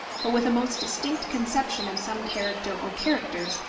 but with a most distinct conception of some character or characters,